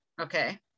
Okay